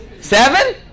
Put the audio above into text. seven